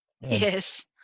Yes